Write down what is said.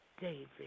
David